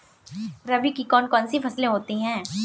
रबी की कौन कौन सी फसलें होती हैं?